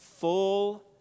Full